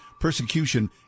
Persecution